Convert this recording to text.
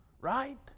right